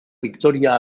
victoria